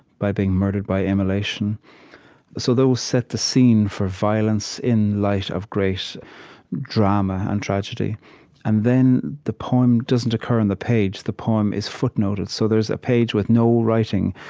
by being murdered by immolation so those set the scene for violence in light of great drama and tragedy and then the poem doesn't occur on and the page. the poem is footnoted. so there's a page with no writing,